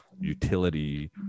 utility